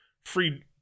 free